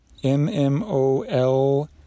MMOL